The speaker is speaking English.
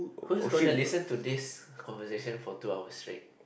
who's going to listen to this conversation for two hours straight